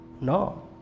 No